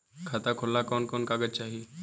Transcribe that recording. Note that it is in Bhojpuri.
खाता खोलेला कवन कवन कागज चाहीं?